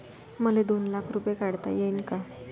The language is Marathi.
मले दोन लाख रूपे काढता येईन काय?